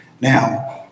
now